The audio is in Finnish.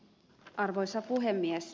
arvoisa puhemies